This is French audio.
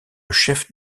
chef